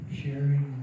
sharing